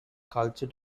culture